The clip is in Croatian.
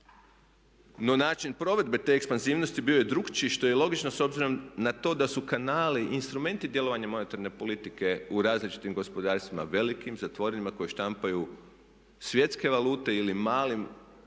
No, način provedbe te ekspanzivnosti bio je drukčiji što je logično s obzirom na to da su kanali i instrumenti djelovanja monetarne politike u različitim gospodarstvima velikim, zatvorenim koje štampaju svjetske valute ili malim